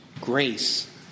grace